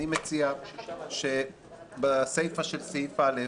אני מציע שבסיפא של סעיף (א),